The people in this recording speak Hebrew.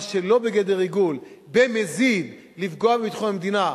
מה שלא בגדר ריגול, במזיד לפגוע בביטחון המדינה,